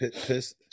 piss